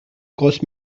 grosse